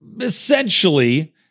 Essentially